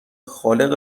خالق